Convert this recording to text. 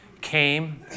came